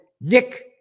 Nick